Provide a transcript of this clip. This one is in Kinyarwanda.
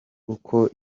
uko